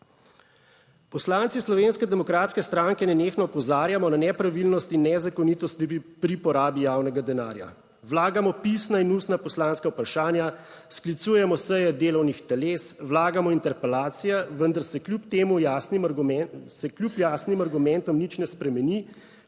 Poslanci Slovenske demokratske stranke nenehno opozarjamo na nepravilnosti in nezakonitosti pri porabi javnega denarja, vlagamo pisna in ustna poslanska vprašanja, sklicujemo seje delovnih teles, vlagamo interpelacije vendar se kljub jasnim argumentom nič ne spremeni,